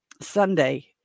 Sunday